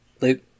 Luke